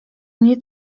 nie